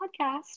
podcast